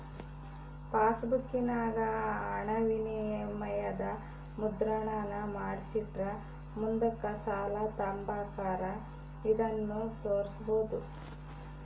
ಪಾಸ್ಬುಕ್ಕಿನಾಗ ಹಣವಿನಿಮಯದ ಮುದ್ರಣಾನ ಮಾಡಿಸಿಟ್ರ ಮುಂದುಕ್ ಸಾಲ ತಾಂಬಕಾರ ಇದನ್ನು ತೋರ್ಸ್ಬೋದು